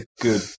good